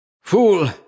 Fool